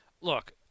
Look